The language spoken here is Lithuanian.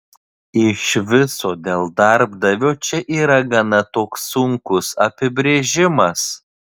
iš viso dėl darbdavio čia yra gana toks sunkus apibrėžimas